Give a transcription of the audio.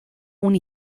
una